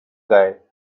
guy